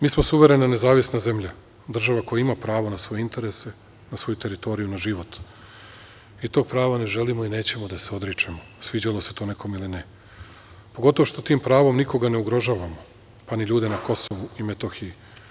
Mi smo suverena nezavisna zemlja, država koja ima pravo na svoje interese, na svoju teritoriju, na život i tog prava ne želimo da se odričemo, sviđalo se to nekome ili ne, pogotovo što tim pravom nikoga ne ugrožavamo, pa ni ljude na Kosovu i Metohiji.